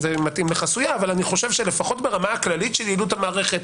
מתאים לחסויה אבל לפחות ברמה הכללית של יעילות המערכת,